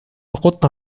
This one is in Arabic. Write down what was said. قطة